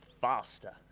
faster